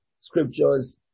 scriptures